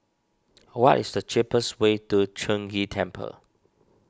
what is the cheapest way to Chong Ghee Temple